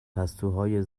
پستوهای